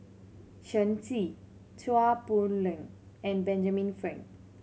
Shen Xi Chua Poh Leng and Benjamin Frank